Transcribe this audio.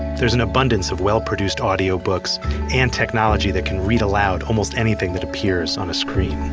there's an abundance of well-produced audio books and technology that can read aloud almost anything that appears on a screen